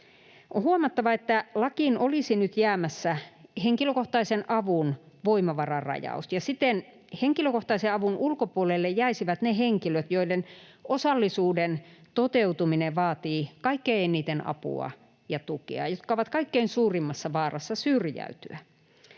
On huomattava, että lakiin olisi nyt jäämässä henkilökohtaisen avun voimavararajaus, ja siten henkilökohtaisen avun ulkopuolelle jäisivät ne henkilöt, joiden osallisuuden toteutuminen vaatii kaikkein eniten apua ja tukea ja jotka ovat kaikkein suurimmassa vaarassa syrjäytyä.